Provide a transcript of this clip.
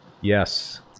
yes